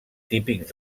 típics